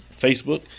Facebook